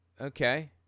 Okay